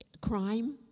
crime